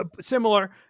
similar